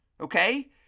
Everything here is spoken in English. okay